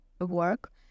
work